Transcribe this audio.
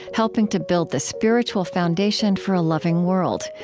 helping to build the spiritual foundation for a loving world.